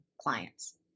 clients